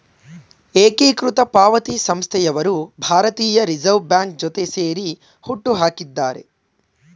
ಏಕೀಕೃತ ಪಾವತಿ ಸಂಸ್ಥೆಯವರು ಭಾರತೀಯ ರಿವರ್ಸ್ ಬ್ಯಾಂಕ್ ಜೊತೆ ಸೇರಿ ಹುಟ್ಟುಹಾಕಿದ್ದಾರೆ